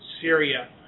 Syria